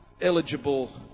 eligible